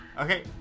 Okay